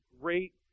great